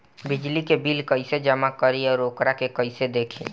बिजली के बिल कइसे जमा करी और वोकरा के कइसे देखी?